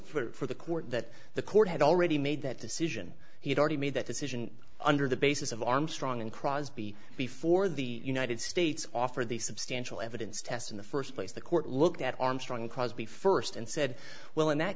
note for the court that the court had already made that decision he had already made that decision under the basis of armstrong and crosby before the united states offered the substantial evidence test in the first place the court looked at armstrong crosby first and said well in that